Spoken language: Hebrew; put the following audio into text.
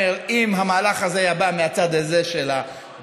אם המהלך הזה היה בא מהצד הזה של הבית.